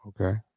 Okay